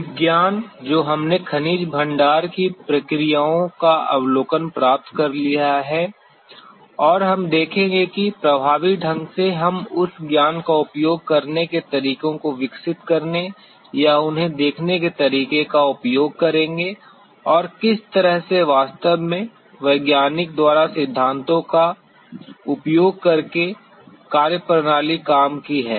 विज्ञान जो हमने खनिज भंडार की प्रक्रियाओं का अवलोकन प्राप्त कर लिया है है और हम देखेंगे कि प्रभावी ढंग से हम उस ज्ञान का उपयोग करने के तरीकों को विकसित करने या उन्हें देखने के तरीके का उपयोग करेंगे और किस तरह से वास्तव में वैज्ञानिक द्वारा सिद्धांतों का उपयोग करके कार्यप्रणाली काम की है